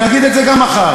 אני אגיד את זה גם מחר,